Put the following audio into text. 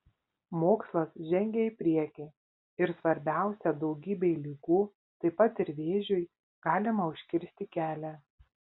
mokslas žengia į priekį ir svarbiausia daugybei ligų taip pat ir vėžiui galima užkirsti kelią